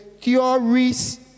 theories